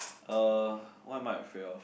uh what am I afraid of